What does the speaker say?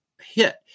hit